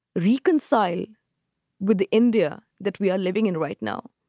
reconciled with india that we are living in right now